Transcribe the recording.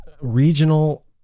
regional